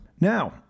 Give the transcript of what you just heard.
Now